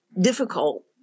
difficult